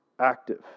active